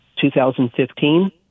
2015